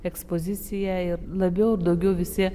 ekspoziciją ir labiau daugiau visi